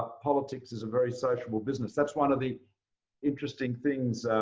ah politics is a very sociable business. that's one of the interesting things